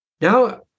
Now